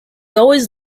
always